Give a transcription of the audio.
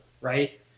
right